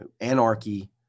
anarchy